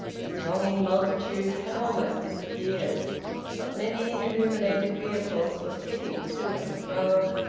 the thronging multitudes had almost disappeared but many illuminated vehicles were flitting to and fro,